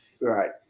Right